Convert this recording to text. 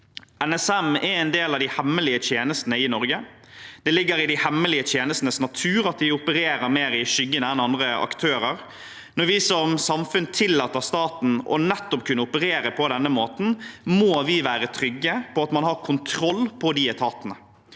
NSM er en del av de hemmelige tjenestene i Norge. Det ligger i de hemmelige tjenestenes natur at de opererer mer i skyggen enn andre aktører. Når vi som samfunn tillater staten nettopp å kunne operere på denne måten, må vi være trygge på at man har kontroll på disse etatene.